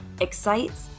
excites